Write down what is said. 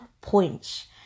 points